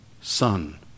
son